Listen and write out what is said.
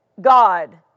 God